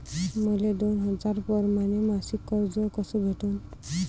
मले दोन हजार परमाने मासिक कर्ज कस भेटन?